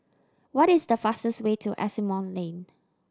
what is the fastest way to Asimont Lane